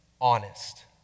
honest